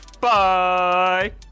Bye